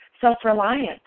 self-reliance